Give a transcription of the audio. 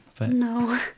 No